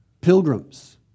pilgrims